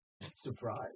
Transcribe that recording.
Surprise